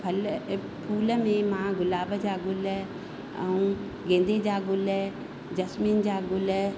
फल ऐं फूल में मां गुलाब जा गुल ऐ़ गेंदे जा गुल जसमिन जा गुल